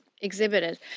exhibited